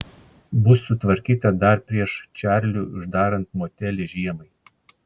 bus sutvarkyta dar prieš čarliui uždarant motelį žiemai